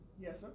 Yes